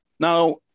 Now